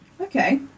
Okay